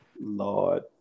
Lord